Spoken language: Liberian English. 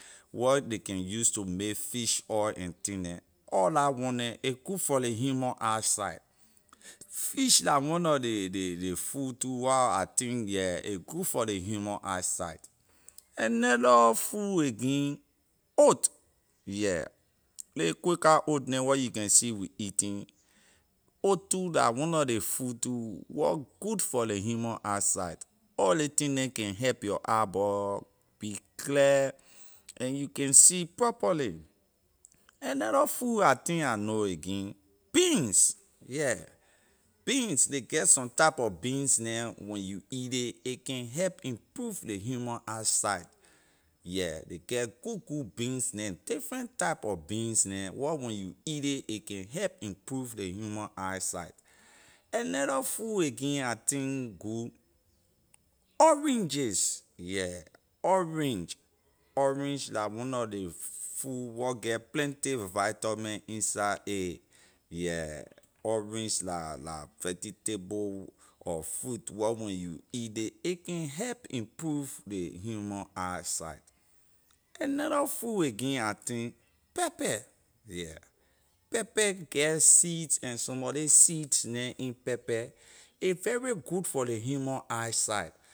Wor ley can use to make fish oil and thing neh all la one neh a good for ley human eye sight fish la one nor ley ley ley food too wor I think yeah a good for ley human eye sight another food again oat ley quakar oat neh where you can see we eating oat too la one nor ley food too wor good for ley human eye sight all ley thing neh can help your eye ball be clear and you can see properly another food I think I know again beans yeah beans ley get some type of beans neh when you eat ley a can help improve ley human eye sight yeah ley get good good beans neh different type of beans neh wor when you eat ley a can help improve ley human eye sight another food again I think good oranges yeah orange orange la one nor ley food wor get plenty vitamin inside a yeah orange la la la vegetable or fruit wor when you eat ley a can help improve ley human eye sight another food again I think pepper yeah pepper get seeds and some of ley seeds neh in pepper a very good for ley human eye sight.